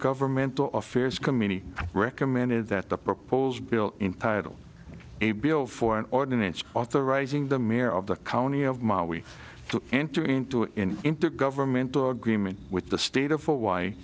governmental affairs committee recommended that the proposed bill entitle a bill for an ordinance authorizing the mayor of the county of ma we to enter into an intergovernmental agreement with the state of